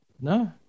No